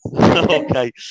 Okay